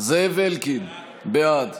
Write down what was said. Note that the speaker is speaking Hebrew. זאב אלקין, בעד